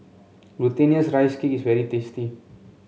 Glutinous Rice Cake is very tasty